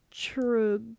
true